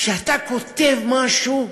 כשאתה כותב משהו,